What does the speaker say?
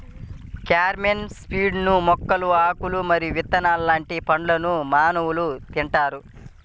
carom seeds మొక్కల ఆకులు మరియు విత్తనం లాంటి పండ్లను మానవులు తింటారు